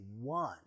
one